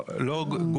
לא,